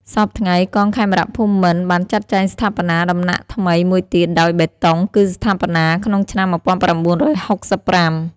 សព្វថ្ងៃ កងខេមរភូមិន្ទ បានចាត់ចែងស្ថាបនាដំណាក់ថ្មីមួយទៀតដោយបេតុង គឺស្ថាបនាក្នុងឆ្នាំ ១៩៦៥។